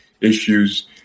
issues